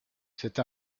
cette